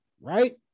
right